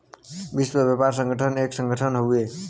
विश्व व्यापार संगठन एक संगठन हउवे